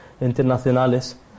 internacionales